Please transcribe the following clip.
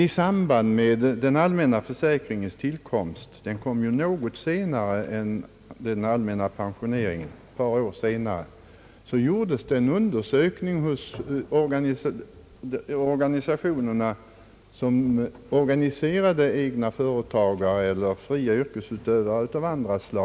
I samband med den allmänna försäkringens tillkomst — den genomfördes ju ett par år efter den allmänna tjänstepensioneringen — gjordes en undersökning hos organisationerna för de egna företagarna eller de fria yrkesutövarna av andra slag.